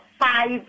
five